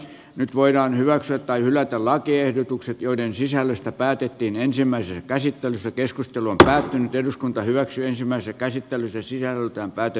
nyt voidaan hyväksyä tai hylätä lakiehdotukset joiden sisällöstä päätettiin ensimmäisessä käsittelyssä keskustelu on päättynyt eduskunta hyväksyi ensimmäisen käsittelyn se sieltä lähde